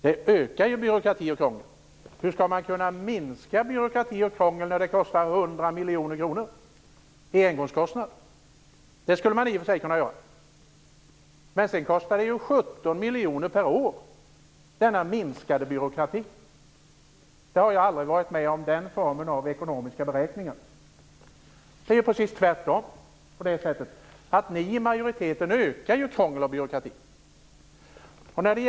Det ökar ju byråkrati och krångel. Hur skall man kunna minska byråkrati och krångel när det kostar 100 miljoner kronor i engångskostnad? Man kanske i och för sig skulle kunna göra det. Men sedan kostar ju denna minskade byråkrati 17 miljoner per år. Jag har aldrig varit med om den formen av ekonomiska beräkningar. Det är ju precis tvärtom på det sättet att ni i majoriteten ökar byråkratin och krånglet.